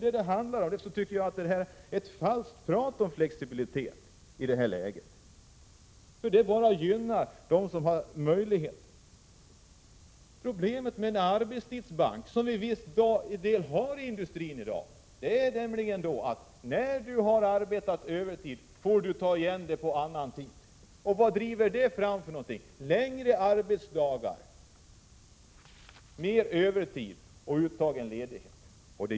Ert tal om flexibilitet är falskt, eftersom den flexibiliteten bara gynnar vissa. Problemet med en arbetstidsbank, som i dag finns på vissa håll inom industrin, är att den som har arbetat övertid får ledigt på annan tid. Det driver fram längre arbetsdagar, mer övertid och uttag av ledighet.